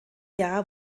jahr